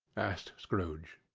asked scrooge.